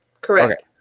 Correct